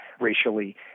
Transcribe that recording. racially